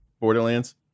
Borderlands